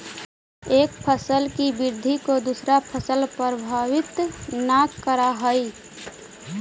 एक फसल की वृद्धि को दूसरा फसल प्रभावित न करअ हई